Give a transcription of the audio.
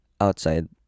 outside